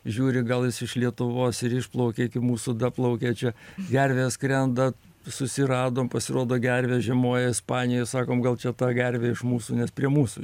žiūri gal jis iš lietuvos ir išplaukė iki mūsų daplaukė čia gervės skrenda susiradom pasirodo gervės žiemoja ispanijoj sakom gal čia ta gervė iš mūsų nes prie mūsų